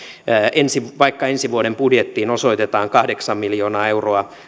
vaikka ensi vuoden budjettiin osoitetaan poliisin toimintamenoihin lisää kahdeksan miljoonaa euroa